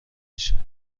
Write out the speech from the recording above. بشه